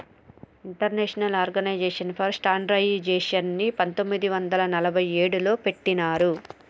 international organisation for స్టాండర్డయిజేషన్ని పంతొమ్మిది వందల నలభై ఏడులో పెట్టినరు